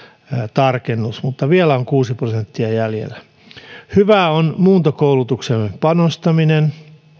tarkennus mutta vielä on kuusi prosenttia jäljellä hyvää on muuntokoulutukseen panostaminen